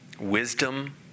Wisdom